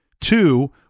Two